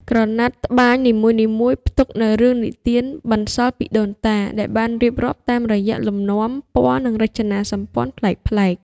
ក្រណាត់ត្បាញនីមួយៗផ្ទុកនូវរឿងនិទានបន្សល់ពីដូនតា ដែលបានរៀបរាប់តាមរយៈលំនាំ ពណ៌ និងរចនាសម្ព័ន្ធប្លែកៗ។